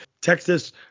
Texas